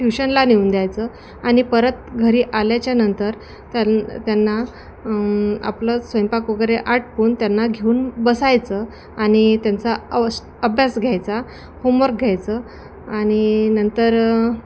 ट्युशनला नेऊन द्यायचं आणि परत घरी आल्याच्या नंतर त्यांन त्यांना आपलं स्वयंपाक वगैरे आटपून त्यांना घेऊन बसायचं आणि त्यांचा अवश अभ्यास घ्यायचा होमवर्क घ्यायचं आणि नंतर